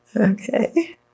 Okay